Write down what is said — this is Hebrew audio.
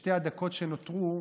בשתי הדקות שנותרו,